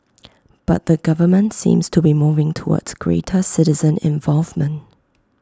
but the government seems to be moving towards greater citizen involvement